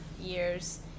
years